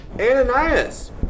Ananias